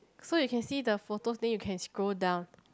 so you can see the photos then you can scroll down